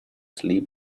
sleep